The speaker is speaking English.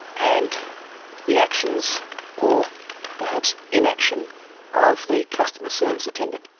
and the actions or perhaps inaction of the customer service attendant.